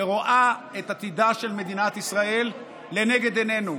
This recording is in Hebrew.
שרואה את עתידה של מדינת ישראל לנגד עינינו.